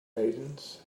maidens